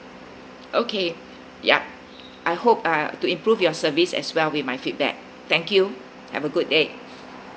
okay yup I hope uh to improve your service as well with my feedback thank you have a good day